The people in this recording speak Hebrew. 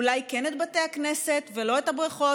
אולי כן את בתי הכנסת ולא את הבריכות?